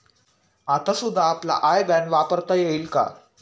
आता सुद्धा आपला आय बॅन वापरता येईल का?